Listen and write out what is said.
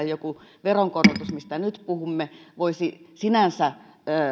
joku veronkorotus mistä nyt puhumme voisi sinänsä